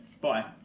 bye